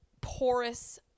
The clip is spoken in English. porous